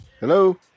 hello